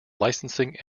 licensing